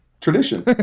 Tradition